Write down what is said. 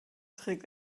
trägt